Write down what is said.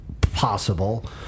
possible